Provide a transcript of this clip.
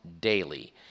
daily